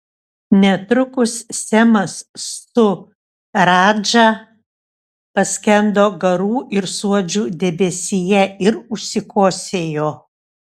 netrukus semas su radža paskendo garų ir suodžių debesyje ir užsikosėjo